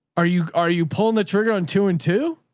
are you, are you pulling the trigger on two and two?